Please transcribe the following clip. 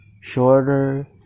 Shorter